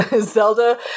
Zelda